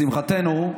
לשמחתנו,